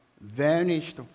vanished